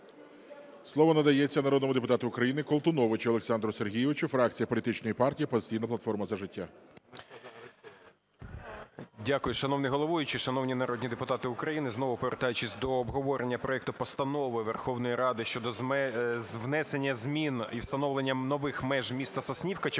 Слово надається народному депутату України Колтуновичу Олександру Сергійовичу, фракція політичної партії "Опозиційна платформа - За життя". 13:11:00 КОЛТУНОВИЧ О.С. Дякую. Шановний головуючий, шановні народні депутати України! Знову повертаючись до обговорення проекту Постанови Верховної Ради щодо внесення змін і встановлення нових меж міста Соснівки Червоноградського